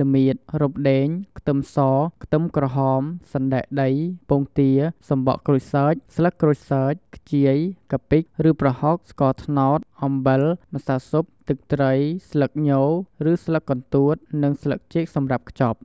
ល្មៀត រំដេង ខ្ទឹមស ខ្ទឹមក្រហម សណ្តែកដី ពងទា សំបកក្រូចសើច ស្លឹកក្រូចសើច ខ្ជាយ កាពិ ឬ ប្រហុក ស្ករត្នោត អំបិល ម្សៅស៊ុប ទឹកត្រី ស្លឹកញ ឬស្លឹកកន្ទួត និង ស្លឹកចេកសម្រាប់ខ្ចប់។